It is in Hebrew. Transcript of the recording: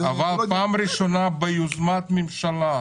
אבל פעם ראשונה ביוזמת ממשלה,